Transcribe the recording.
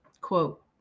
quote